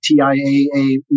TIAA